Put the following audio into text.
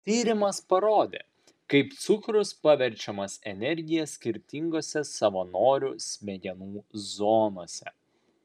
tyrimas parodė kaip cukrus paverčiamas energija skirtingose savanorių smegenų zonose